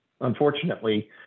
unfortunately